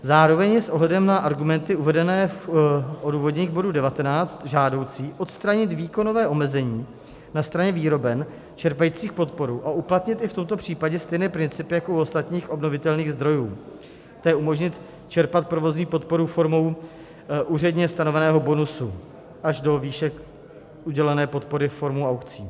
Zároveň je s ohledem na argumenty uvedené v odůvodnění k bodu číslo 19 žádoucí odstranit výkonové omezení na straně výroben čerpajících podporu a uplatnit i v tomto případě stejné principy jako u ostatních obnovitelných zdrojů, to je umožnit čerpat provozní podporu formou úředně stanoveného bonusu až do výše udělené podpory formou aukcí.